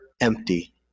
empty